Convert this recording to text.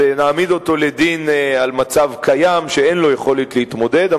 נעמיד אותו לדין על מצב קיים שאין לו יכולת להתמודד אתו.